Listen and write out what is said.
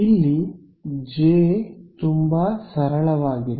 ಇಲ್ಲಿ ಜೆ ತುಂಬಾ ಸರಳವಾಗಿದೆ